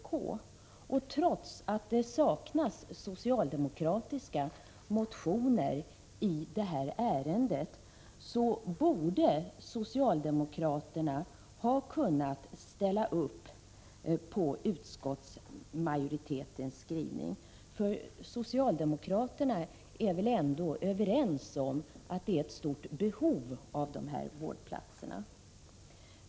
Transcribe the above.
Trots att 20 maj 1987 det saknas socialdemokratiska motioner i det här ärendet borde socialdemokraterna ha kunnat ställa sig bakom utskottsmajoritetens skrivning. Socialdemokraterna är väl ändå överens med oss om att det finns ett stort behov av dessa vårdplatser?